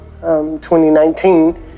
2019